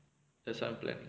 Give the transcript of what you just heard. there's some plan